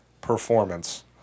performance